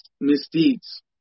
misdeeds